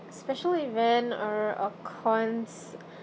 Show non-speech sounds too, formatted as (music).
special event uh or coins (breath)